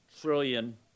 trillion